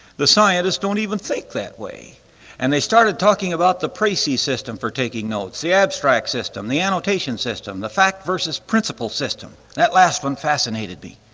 the scientists don't even think that way and they started talking about the precis system for taking notes, the abstract system, the annotation system, the fact versus principle system, that last one fascinated me.